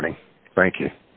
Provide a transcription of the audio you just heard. morning thank you